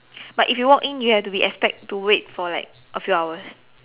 but if you walk in you have to be expect to wait for like a few hours